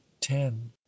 ten